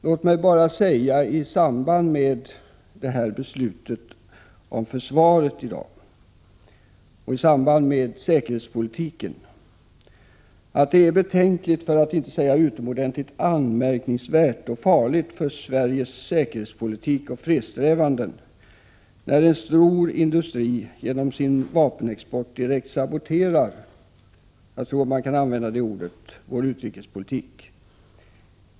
Låt mig bara i anslutning till beslutet om försvaret och säkerhetspolitiken säga att det är betänkligt, för att inte säga utomordentligt anmärkningsvärt och farligt, för Sveriges säkerhetspolitik och fredssträvanden när ett stort företag genom sin vapenexport direkt saboterar — jag tror att det ordet kan användas — vår utrikespolitik.